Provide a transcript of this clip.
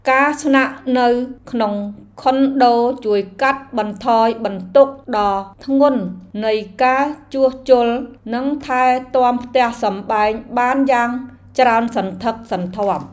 ការស្នាក់នៅក្នុងខុនដូជួយកាត់បន្ថយបន្ទុកដ៏ធ្ងន់នៃការជួសជុលនិងថែទាំផ្ទះសម្បែងបានយ៉ាងច្រើនសន្ធឹកសន្ធាប់។